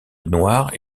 noire